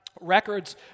Records